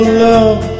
love